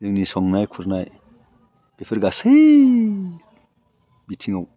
जोंनि संनाय खुरनाय बेफोर गासै बिथिङाव